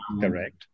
Correct